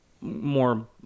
more